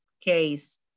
case